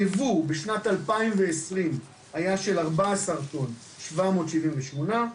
הייבוא בשנת 2020 היה של 14 טון ו-778 ק"ג.